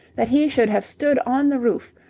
that he should have stood on the roof,